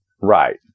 Right